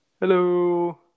Hello